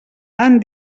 han